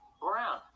brown